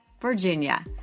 Virginia